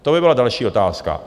To by byla další otázka.